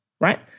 right